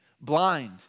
blind